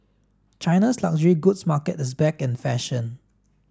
China's luxury goods market is back in fashion